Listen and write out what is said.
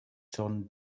jon